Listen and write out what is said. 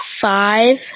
five